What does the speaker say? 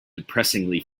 depressingly